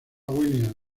williams